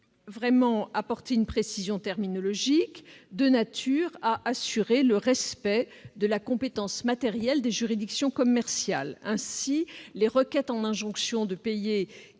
ainsi apporter une précision terminologique de nature à assurer le respect de la compétence matérielle des juridictions commerciales. Les requêtes en injonction de payer